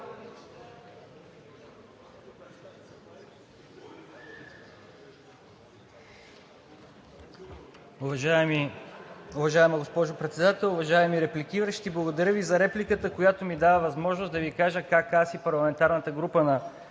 Уважаема госпожо Председател! Уважаеми репликиращи, благодаря Ви за репликата, която ми дава възможност да Ви кажа как аз и парламентарната група на